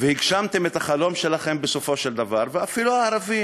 והגשמתם את החלום שלכם בסופו של דבר ואפילו הערבים,